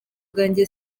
bwanjye